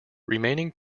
remaining